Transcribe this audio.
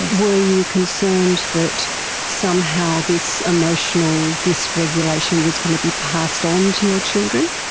and were you concerned that somehow this emotional dysregulation was going to be passed on to your children?